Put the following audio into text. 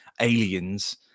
aliens